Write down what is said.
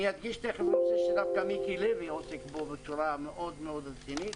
נושא שדווקא מיקי לוי עוסק בו בצורה מאוד רצינית.